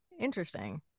interesting